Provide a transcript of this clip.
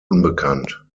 unbekannt